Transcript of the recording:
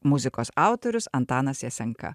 muzikos autorius antanas jasenka